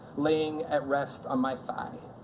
laying at rest on my thigh.